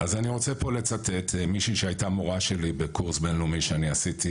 אני רוצה פה לצטט מישהי שהייתה מורה שלי בקורס בין-לאומי שאני עשיתי,